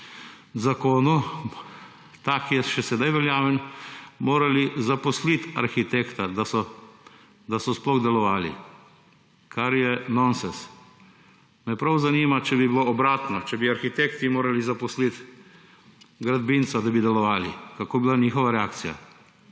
zakonu, to je ta, ki je še sedaj veljaven, morali zaposliti arhitekta, da so sploh delovali, kar je nonsens. Me prav zanima, če bi bilo obratno, če bi arhitekti morali zaposliti gradbinca, da bi delovali, kaka bi bila njihova reakcija.